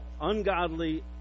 ungodly